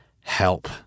Help